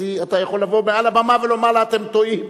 אז אתה יכול לבוא מעל הבמה ולומר לה: אתם טועים.